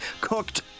cooked